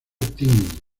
team